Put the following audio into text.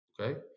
Okay